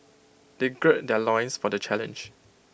they gird their loins for the challenge